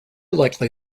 likely